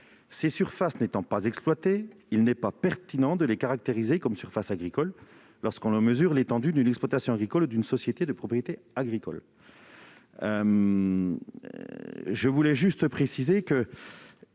Ces surfaces n'étant pas exploitées, il n'est pas pertinent de les caractériser comme surfaces agricoles lorsqu'on mesure l'étendue d'une exploitation agricole ou d'une société de propriété agricole. Parmi elles figurent